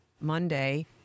Monday